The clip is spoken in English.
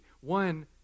One